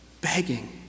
begging